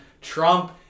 Trump